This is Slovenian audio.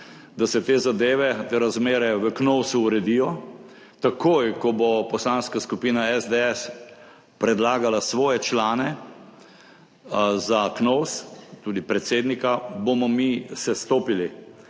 da se te zadeve, te razmere v Knovsu uredijo. Takoj ko bo Poslanska skupina SDS predlagala svoje člane za Knovs, tudi predsednika, bomo mi sestopili